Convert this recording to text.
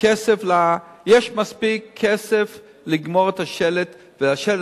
כסף לגמור את השלד, והשלד